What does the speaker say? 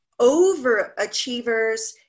overachievers